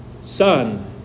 son